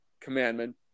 commandment